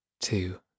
two